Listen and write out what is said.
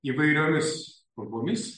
įvairiomis kalbomis